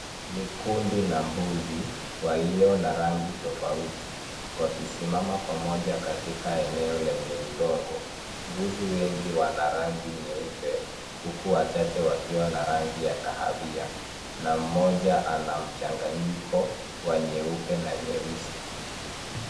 Ni kundi la mbuzi walio na rangi tofauti wakisimama pamoja katika eneo lenye udongo. Mbuzi wengi wana rangi nyeupe, huku wachache wakiwa na rangi ya kahawia, na mmoja ana mchanganyiko wa nyeupe na nyeusi.